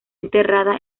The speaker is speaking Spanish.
enterrada